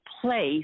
place